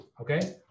okay